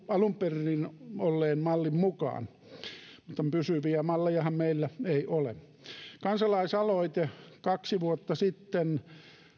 alun perin olleen mallin mukaan on merkittävä ja tosiasia tänä päivänä mutta pysyviä mallejahan meillä ei ole kansalaisaloite kaksi vuotta sitten